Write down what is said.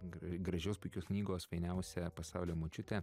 gražios puikios knygos fainiausia pasaulio močiutė